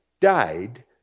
died